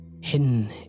hidden